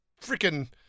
freaking